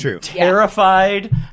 terrified